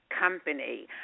company